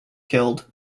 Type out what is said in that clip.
killed